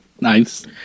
Nice